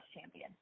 champion